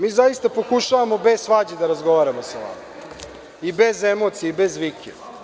Mi zaista pokušavamo bez svađe da razgovaramo sa vama i bez emocija i bez vike.